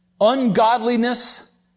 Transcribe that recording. ungodliness